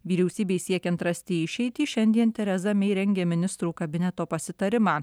vyriausybei siekiant rasti išeitį šiandien tereza mei rengia ministrų kabineto pasitarimą